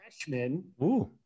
freshman